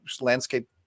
landscape